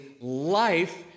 life